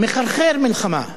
שמחרחר מלחמה?